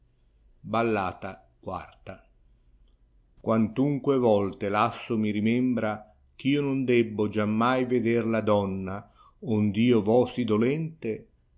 ballata ly iaantnnque volte lasso mi rimembra eh io non debbo iammai eder la donna ond io vo si dolente